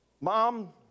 Mom